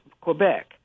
Quebec